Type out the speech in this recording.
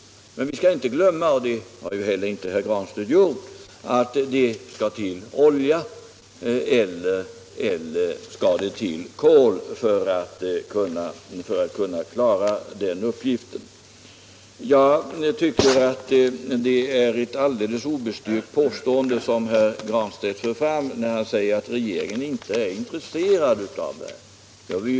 Men vi skall inte glömma — och det har ju inte heller herr Granstedt gjort — att det krävs olja eller kol för att vi skall klara den uppgiften. Det är ett alldeles obestyrkt påstående som herr Granstedt gör när han säger att regeringen inte är intresserad av ev. utbyggnad av kraftvärmeverken.